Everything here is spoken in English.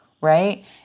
right